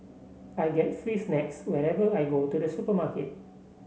I get free snacks whenever I go to the supermarket